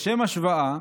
לשם השוואה,